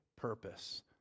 purpose